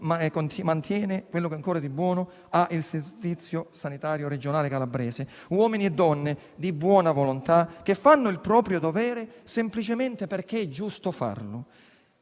in piedi quello che ancora di buono offre il servizio sanitario regionale calabrese. Uomini e donne di buona volontà, che fanno il proprio dovere semplicemente perché è giusto farlo.